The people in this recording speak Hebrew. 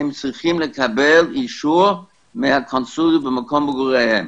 הם צריכים לקבל אישור מהקונסוליה במקום מגוריהם.